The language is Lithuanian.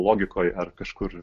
logikoje ar kažkur